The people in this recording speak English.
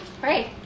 Great